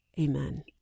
Amen